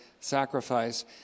sacrifice